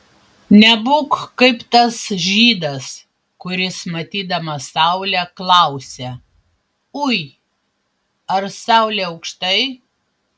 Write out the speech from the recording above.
nebūk kaip tas žydas kuris matydamas saulę klausia ui ar saulė aukštai